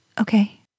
okay